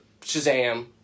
Shazam